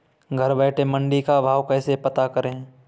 घर बैठे मंडी का भाव कैसे पता करें?